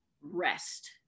rest